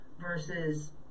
versus